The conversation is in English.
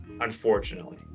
unfortunately